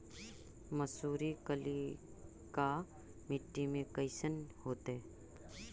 मसुरी कलिका मट्टी में कईसन होतै?